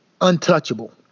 untouchable